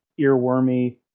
earwormy